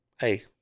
hey